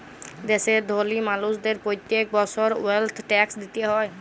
দ্যাশের ধলি মালুসদের প্যত্তেক বসর ওয়েলথ ট্যাক্স দিতে হ্যয়